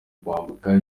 kwambuka